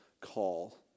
call